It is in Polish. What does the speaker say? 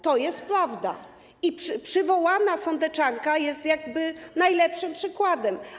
To jest prawda i przywołana sądeczanka jest jakby najlepszym przykładem.